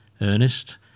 Ernest